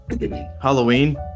halloween